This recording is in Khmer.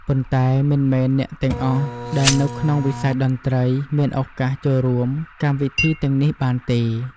ប៉ុន្តែមិនមែនអ្នកទាំងអស់ដែលនៅក្នុងវិស័យតន្ត្រីមានឱកាសចូលរួមកម្មវិធីទាំងនេះបានទេ។